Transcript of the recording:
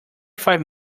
five